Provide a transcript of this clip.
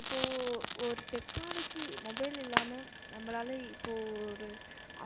இப்போது ஒரு technology mobile இல்லாமல் நம்மளால இப்போது ஒரு